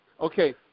okay